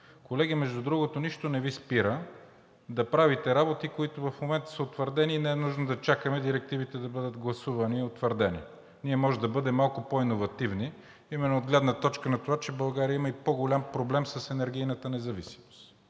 Колеги, между другото, нищо не Ви спира да правите работи, които в момента са утвърдени, и не е нужно да чакаме директивите да бъдат гласувани и утвърдени. Ние можем да бъдем малко по-иновативни именно от гледна точка на това, че България има и по-голям проблем с енергийната независимост